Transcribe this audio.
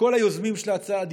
כל היוזמים של ההצעה לסדר-היום.